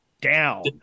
down